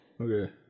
Okay